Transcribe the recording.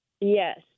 Yes